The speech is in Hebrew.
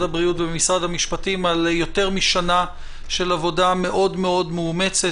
הבריאות ובמשרד המשפטים על יותר משנה של עבודה מאוד מאוד מאומצת,